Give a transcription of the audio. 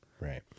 Right